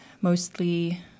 mostly